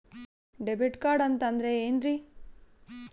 Debit card ಅಂತಂದ್ರೆ ಏನ್ರೀ?